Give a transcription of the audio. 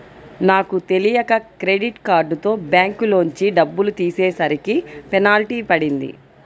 నాకు తెలియక క్రెడిట్ కార్డుతో బ్యాంకులోంచి డబ్బులు తీసేసరికి పెనాల్టీ పడింది